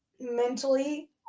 mentally